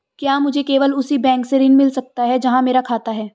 क्या मुझे केवल उसी बैंक से ऋण मिल सकता है जहां मेरा खाता है?